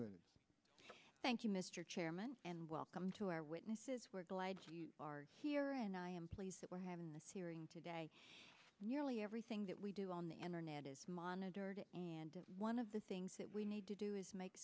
move thank you mr chairman and welcome to our witnesses we're glad you are here and i am pleased that we're having this hearing today nearly everything that we do on the internet is monitored and one of the things that we need to do is make